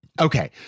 Okay